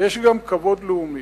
יש גם כבוד לאומי.